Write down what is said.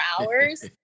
hours